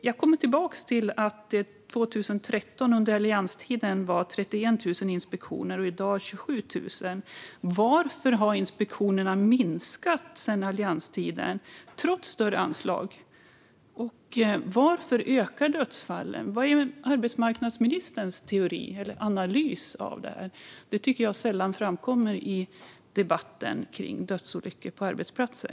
Jag kommer tillbaka till att det år 2013, under allianstiden, gjordes 31 000 inspektioner och i dag 27 000. Varför har inspektionerna minskat sedan allianstiden trots större anslag? Och varför ökar dödsfallen? Vad är arbetsmarknadsministerns teori eller analys av detta? Det tycker jag sällan framkommer i debatten om dödsolyckor på arbetsplatser.